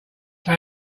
say